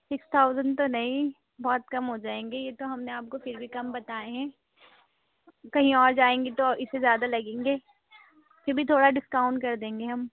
six thousand تو نہیں بہت کم ہو جائیں گے یہ تو ہم نے آپ کو پھر بھی کم بتائے ہیں کہیں اور جائیں گی تو اس سے زیادہ لگیں گے پھر بھی تھوڑا ڈسکاؤنٹ کر دیں گے ہم